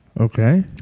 Okay